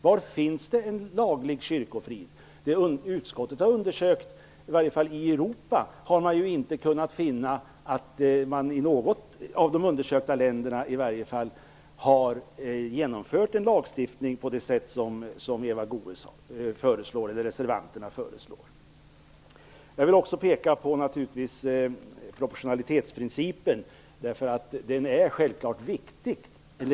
Var finns det en laglig kyrkofrid? Bland de undersökta länderna i Europa har utskottet inte kunnat finna att man infört en lagstiftning med den innebörd som reservanterna föreslår. Jag vill naturligtvis också peka på proportionalitetsprincipen. Den är självklart viktig.